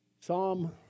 Psalm